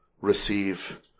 receive